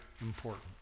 important